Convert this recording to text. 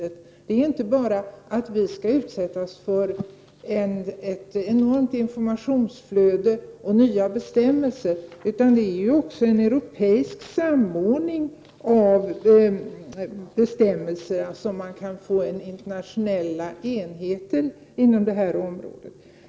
Det handlar inte enbart om att vi skall utsätta oss för ett enormt informationsflöde och nya bestämmelser, utan det är också fråga om en europeisk samordning av bestämmelserna, som leder till internatio nell enhetlighet på detta område.